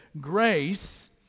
Grace